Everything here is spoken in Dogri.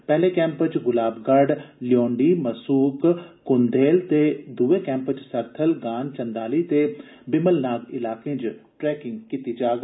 पैहले कैम्प च गुलाब गढ़ लयोन्डी मसूक कुनदेहल ते दुए कैम्प च सरथल गान चंदाली ते बिमलनाग इलाकें च ट्रैकिंग कीती जाग